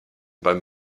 beim